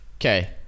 okay